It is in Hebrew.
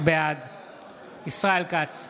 בעד ישראל כץ,